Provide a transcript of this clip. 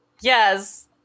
Yes